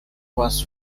was